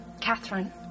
Catherine